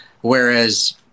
Whereas